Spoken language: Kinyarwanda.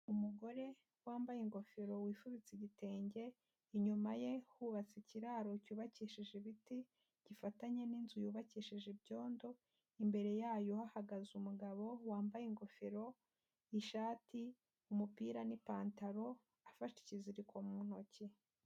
Umugore wambaye ingofero wifubitse igitenge, inyuma ye hubatse ikiraro cyubakishije ibiti, gifatanye n'inzu yubakishije ibyondo, imbere yayo hahagaze umugabo wambaye ingofero, ishati, umupira n'ipantaro, afashe ikiziriko mu ntoki.